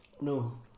No